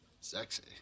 sexy